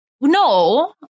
No